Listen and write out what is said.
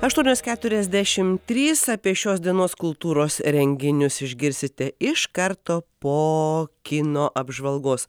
aštuonios keturiasdešimt trys apie šios dienos kultūros renginius išgirsite iš karto po kino apžvalgos